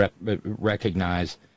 recognize